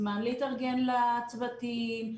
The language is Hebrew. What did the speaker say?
זמן להתארגן לצוותים,